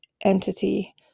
entity